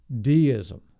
deism